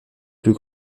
plus